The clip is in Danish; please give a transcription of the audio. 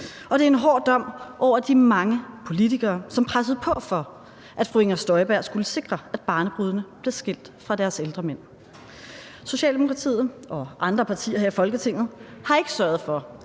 og det er en hård dom over de mange politikere, som pressede på for, at fru Inger Støjberg skulle sikre, at barnebrudene blev skilt fra deres ældre mænd. Socialdemokratiet og andre partier her i Folketinget har ikke sørget for,